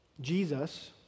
Jesus